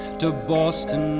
to boston